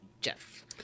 Jeff